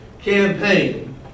campaign